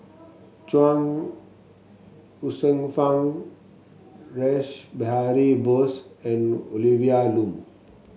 Chuang Hsueh Fang Rash Behari Bose and Olivia Lum